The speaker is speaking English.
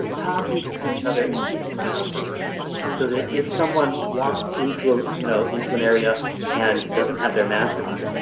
talking to each other and keeping an eye on one another so that if someone walks into a you know, into an area and doesn't have their mask on,